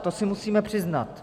To si musíme přiznat.